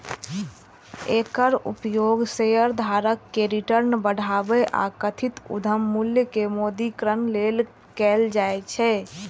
एकर उपयोग शेयरधारक के रिटर्न बढ़ाबै आ कथित उद्यम मूल्य के मौद्रीकरण लेल कैल जाइ छै